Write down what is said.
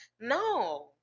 no